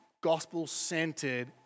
gospel-centered